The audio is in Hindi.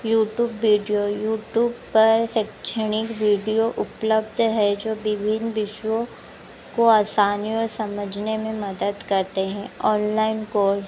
युट्यूब वीडियो युट्यूब पर शैक्षणिक वीडियो उपलब्ध है जो विभिन्न विषयों को आसानी ओ समझने में मदद करते हैं ओनलाइन कोर्स